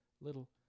little